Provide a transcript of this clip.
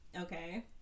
Okay